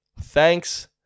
thanks